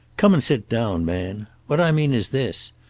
come and sit down, man. what i mean is this.